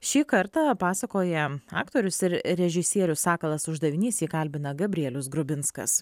šį kartą pasakoja aktorius ir režisierius sakalas uždavinys jį kalbina gabrielius grubinskas